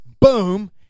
boom